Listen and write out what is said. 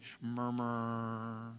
murmur